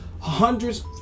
Hundreds